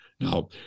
Now